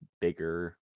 bigger